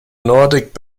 nordic